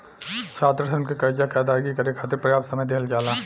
छात्रसन के करजा के अदायगी करे खाति परयाप्त समय दिहल जाला